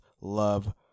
love